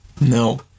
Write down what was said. No